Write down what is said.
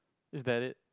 it's valid